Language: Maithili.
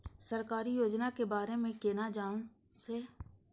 सरकारी योजना के बारे में केना जान से?